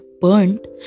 burnt